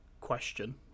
question